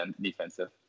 defensive